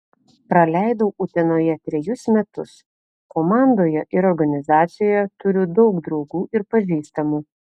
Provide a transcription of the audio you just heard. praleidau utenoje trejus metus komandoje ir organizacijoje turiu daug draugų ir pažįstamų